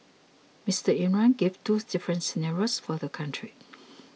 Mister Imran gave two different scenarios for the country